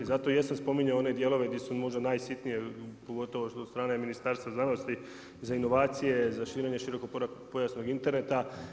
Zato jesam spominjao one dijelove gdje su možda najsitnije, pogotovo od strane Ministarstva znanosti, za inovacije, za širenje širokopojasnog interneta.